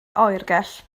oergell